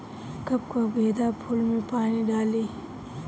कब कब गेंदा फुल में पानी डाली?